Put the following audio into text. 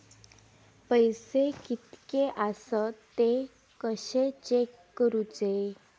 पैसे कीतके आसत ते कशे चेक करूचे?